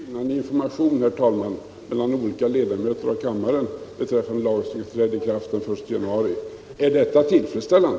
Herr talman! Här framgår att det är skillnad på informationen till olika ledamöter av kammaren beträffande denna lag, som träder i kraft den I januari. Är detta tillfredsställande?